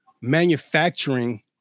manufacturing